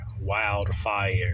wildfire